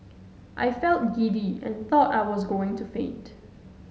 I felt giddy and thought I was going to faint